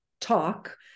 talk